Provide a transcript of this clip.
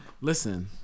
Listen